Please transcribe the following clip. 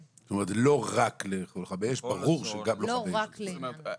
זה לא רק ללוחמי אש, ברור שללוחמי אש.